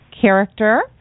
character